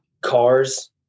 cars